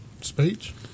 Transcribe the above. speech